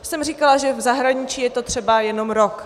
Já jsem říkala, že v zahraničí je to třeba jenom rok.